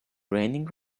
raining